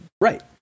Right